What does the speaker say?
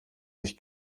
sich